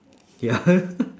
ya